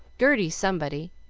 gerty somebody,